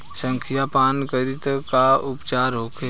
संखिया पान करी त का उपचार होखे?